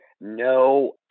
No